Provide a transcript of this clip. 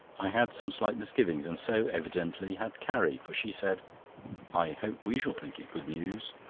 i had some slight misgivings, and so evidently had carrie, for she said i hope we shall think it good news.